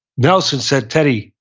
nelson, said, teddy,